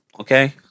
okay